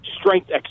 strength